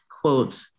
quote